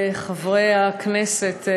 חברי הכנסת,